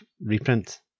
reprint